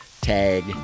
tag